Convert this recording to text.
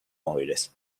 móviles